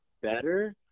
better